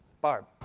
Barb